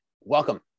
welcome